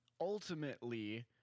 ultimately